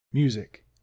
Music